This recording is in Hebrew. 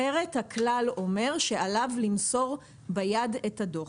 אחרת הכלל אומר שעליו למסור ביד את הדוח.